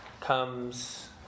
comes